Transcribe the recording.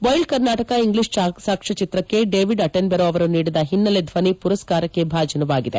wild Karnataka English ಸಾಕ್ಷ್ಕಚಿತ್ರಕ್ಕೆ David Attenborough ಅವರು ನೀಡಿದ ಹಿನ್ನಲೆ ಧ್ವನಿ ಪುರಸ್ಕಾರಕ್ಕೆ ಭಾಜನವಾಗಿದೆ